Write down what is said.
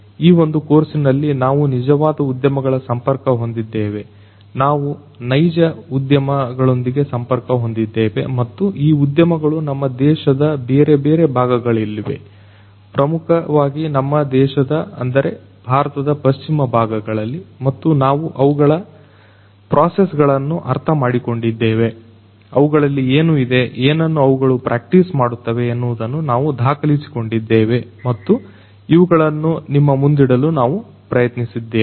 ಈ ಒಂದು ಕೋರ್ಸಿನಲ್ಲಿ ನಾವು ನಿಜವಾದ ಉದ್ಯಮಗಳ ಸಂಪರ್ಕ ಹೊಂದಿದ್ದೇವೆ ನಾವು ನೈಜ ಉದ್ಯಮ ಗಳೊಂದಿಗೆ ಸಂಪರ್ಕ ಹೊಂದಿದ್ದೇವೆ ಮತ್ತು ಈ ಉದ್ಯಮಗಳು ನಮ್ಮ ದೇಶದ ಬೇರೆ ಬೇರೆ ಭಾಗಗಳಲ್ಲಿವೆ ಪ್ರಮುಖವಾಗಿ ನಮ್ಮ ದೇಶದ ಅಂದರೆ ಭಾರತದ ಪಶ್ಚಿಮ ಭಾಗಗಳಲ್ಲಿ ಮತ್ತು ನಾವು ಅವುಗಳ ಪ್ರೋಸೆಸ್ ಗಳನ್ನು ಅರ್ಥಮಾಡಿಕೊಂಡಿದ್ದೇವೆ ಅವುಗಳಲ್ಲಿ ಏನು ಇದೆ ಏನನ್ನ ಅವುಗಳು ಪ್ರಾಕ್ಟೀಸ್ ಮಾಡುತ್ತವೆ ಎನ್ನುವುದನ್ನು ನಾವು ದಾಖಲಿಸಿಕೊಂಡಿದ್ದೇವೆ ಮತ್ತು ಇವುಗಳನ್ನು ನಿಮ್ಮ ಮುಂದಿಡಲು ನಾವು ಪ್ರಯತ್ನಿಸಿದ್ದೇವೆ